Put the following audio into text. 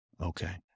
Okay